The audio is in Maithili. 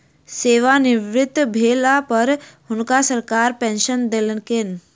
सेवानिवृत भेला पर हुनका सरकार पेंशन देलकैन